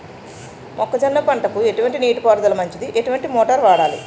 మొక్కజొన్న పంటకు ఎటువంటి నీటి పారుదల మంచిది? ఎటువంటి మోటార్ వాడాలి?